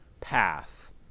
path